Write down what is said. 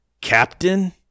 Captain